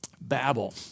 Babel